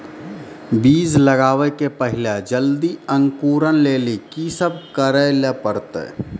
बीज लगावे के पहिले जल्दी अंकुरण लेली की सब करे ले परतै?